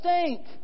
stink